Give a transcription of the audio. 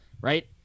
right